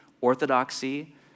Orthodoxy